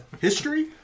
History